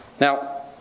Now